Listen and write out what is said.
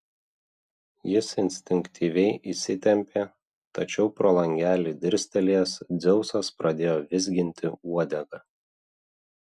jis instinktyviai įsitempė tačiau pro langelį dirstelėjęs dzeusas pradėjo vizginti uodegą